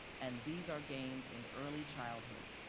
and these are gained in early childhood.